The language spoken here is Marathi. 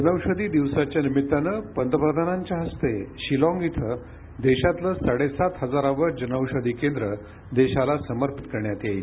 जनौषधी दिवसाच्या निमित्ताने पंतप्रधानांच्या हस्ते शिलाँग इथं देशातलं साडेसात हजारावं जनौषधी केंद्र देशाला समर्पित करण्यात येईल